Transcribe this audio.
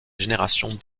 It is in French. génération